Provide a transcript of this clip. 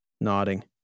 nodding